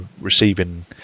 receiving